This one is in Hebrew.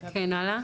כן, הלאה.